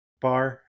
bar